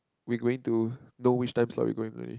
we going to know which times are we going already